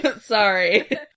Sorry